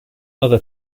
other